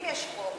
אם יש חוק,